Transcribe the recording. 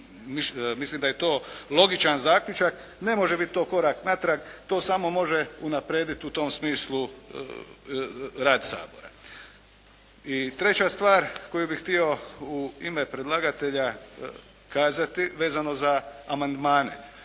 mislim da je to logičan zaključak ne može biti korak natrag, to samo može unaprijediti u tom smislu rad Sabora. I treća stvar koju bih htio u ime predlagatelja kazati vezano za amandmane.